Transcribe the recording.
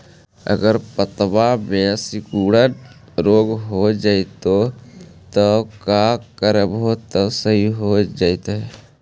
अगर पत्ता में सिकुड़न रोग हो जैतै त का करबै त सहि हो जैतै?